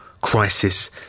crisis